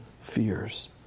fears